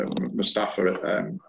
Mustafa